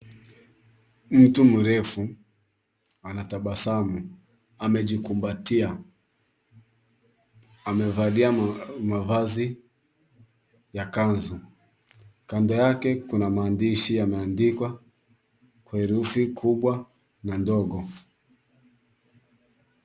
Mtu mrefu anatabasamu, amejikumbatia amevalia mavazi ya kanzu. Kando yake kuna maandishi yameandikwa kwa herufi kubwa na ndogo.